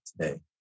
today